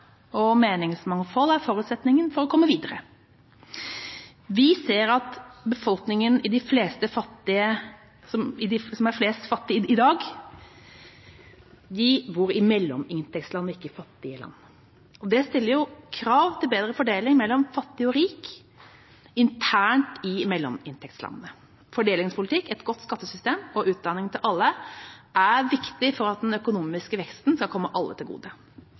og meningsmangfold er forutsetninger for å komme videre. Vi ser at de fleste fattige i verden i dag bor i mellominntektsland og ikke i fattige land. Det stiller krav til bedre fordeling mellom fattig og rik internt i mellominntektslandene. Fordelingspolitikk, et godt skattesystem og utdanning til alle er viktig for at den økonomiske veksten skal komme alle til gode.